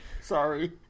Sorry